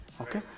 Okay